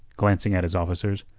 glancing at his officers,